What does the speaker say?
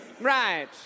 Right